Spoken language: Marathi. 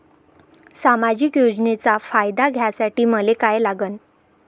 सामाजिक योजनेचा फायदा घ्यासाठी मले काय लागन?